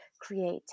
create